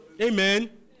Amen